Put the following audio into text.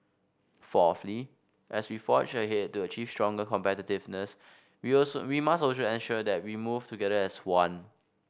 fourthly as we forge ahead to achieve stronger competitiveness we also we must also ensure that we move together as one